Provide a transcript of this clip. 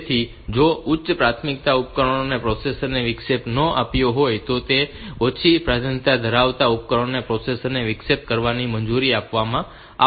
તેથી જો ઉચ્ચ પ્રાથમિકતાવાળા ઉપકરણોએ પ્રોસેસર ને વિક્ષેપ ન આપ્યો હોય તો જ ઓછી પ્રાધાન્યતા ધરાવતા ઉપકરણોને પ્રોસેસર ને વિક્ષેપિત કરવાની મંજૂરી આપવામાં આવશે